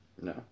No